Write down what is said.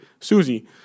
Susie